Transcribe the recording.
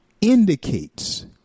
indicates